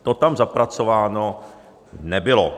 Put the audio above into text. To tam zapracováno nebylo.